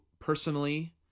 personally